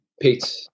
Pete